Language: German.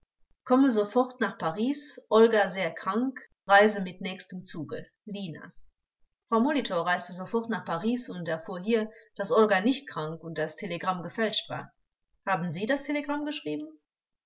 komme sofort nach paris olga sehr krank reise mit nächstem zuge lina frau molitor reiste sofort nach paris und erfuhr hier daß olga nicht krank und das telegramm gefälscht war haben sie das telegramm geschrieben